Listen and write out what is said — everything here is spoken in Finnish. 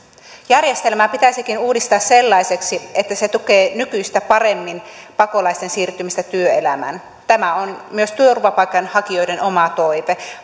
järjestelmää pitäisikin uudistaa sellaiseksi että se tukee nykyistä paremmin pakolaisten siirtymistä työelämään tämä on myös turvapaikanhakijoiden oma toive